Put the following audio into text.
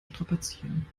strapazieren